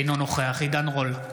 אינו נוכח עידן רול,